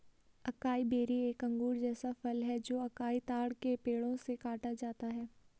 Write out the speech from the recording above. acai berry एक अंगूर जैसा फल है जो अकाई ताड़ के पेड़ों से काटा जाता है